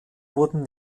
wurden